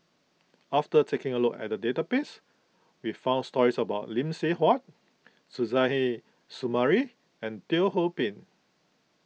after taking a look at the database we found stories about Lee Seng Huat Suzairhe Sumari and Teo Ho Pin